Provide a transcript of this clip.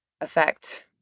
effect